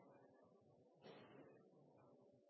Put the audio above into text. for denne måten